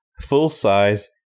full-size